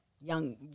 young